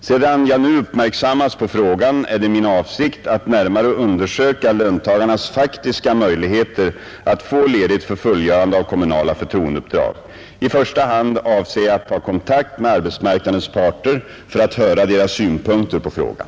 Sedan jag nu uppmärksammats på frågan är det min avsikt att närmare undersöka löntagarnas faktiska möjligheter att få ledigt för fullgörande av kommunala förtroendeuppdrag. I första hand avser jag att ta kontakt med arbetsmarknadens parter för att höra deras synpunkter på frågan.